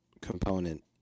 component